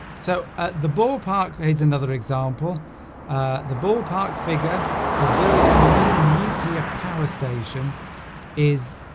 so ah the ballpark is another example ah the ballpark figure for building the new nuclear power station is